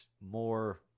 more